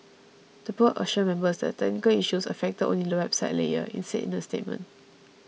the Board assures members that the technical issues affected only the website layer it said in a statement